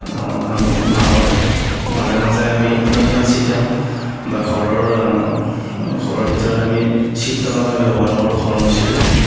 আমি মাহৰ মাজে মাজে আমি ফেনাইল চটিয়াওঁ বা ঘৰৰ ঘৰৰ ভিতৰত আমি চিত্ৰনলা ব্যৱহাৰ কৰোঁ ঘৰ মুচিলে